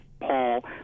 Paul